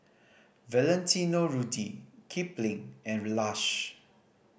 Valentino Rudy Kipling and